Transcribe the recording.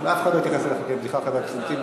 אף אחד לא התייחס אליך כאל בדיחה, חבר הכנסת טיבי.